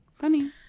funny